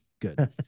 good